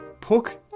Puck